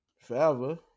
forever